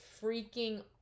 freaking